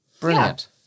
Brilliant